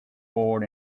born